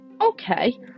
okay